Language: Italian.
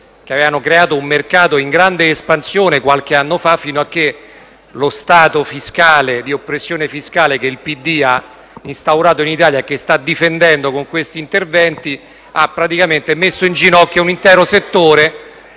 che avevano creato un mercato in grande espansione qualche anno fa. Lo stato di oppressione fiscale che il PD ha instaurato in Italia e che sta difendendo con questi interventi ha praticamente messo in ginocchio un intero settore.